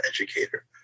educator